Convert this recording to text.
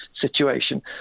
situation